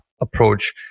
approach